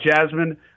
Jasmine